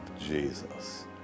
Jesus